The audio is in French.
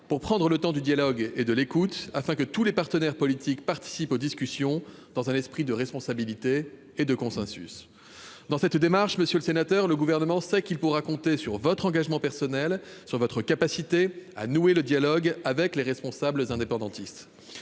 pour prendre le temps du dialogue et de l'écoute, afin que tous les partenaires politiques participent aux discussions dans un esprit de responsabilité et de consensus. Dans cette démarche, monsieur le sénateur, le Gouvernement sait qu'il pourra compter sur votre engagement personnel et sur votre capacité à nouer le dialogue avec les responsables indépendantistes,